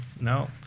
no